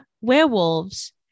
werewolves